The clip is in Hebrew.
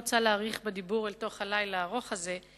אבל אני לא רוצה להאריך בדיבור אל תוך הלילה הארוך הזה.